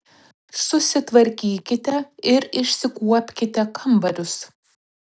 susitvarkykite ir išsikuopkite kambarius